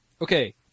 Okay